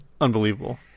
Unbelievable